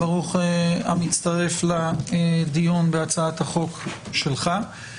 ברוך המצטרף לדיון בהצעת החוק שלך.